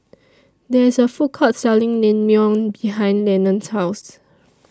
There IS A Food Court Selling Naengmyeon behind Lenon's House